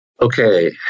Okay